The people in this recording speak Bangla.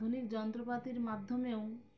আধুনিক যন্ত্রপাতির মাধ্যমেও